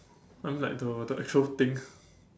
I mean like the the actual thing